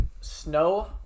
snow